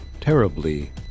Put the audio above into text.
terribly